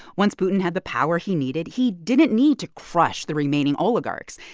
once putin had the power he needed, he didn't need to crush the remaining oligarchs.